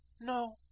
no